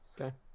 Okay